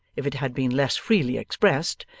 if it had been less freely expressed,